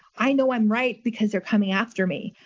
i know i'm right, because they're coming after me.